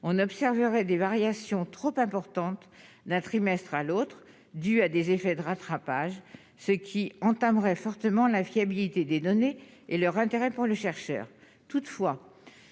on observerait des variations trop importantes d'un trimestre à l'autre du à des effets de rattrapage ce qui entamerait fortement la fiabilité des données et leur intérêt pour le chercheur, toutefois,